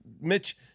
Mitch